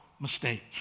mistake